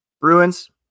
Bruins